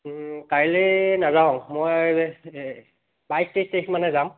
কাইলৈ নাযাওঁ মই বাইছ তেইছ তাৰিখ মানে যাম